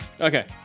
Okay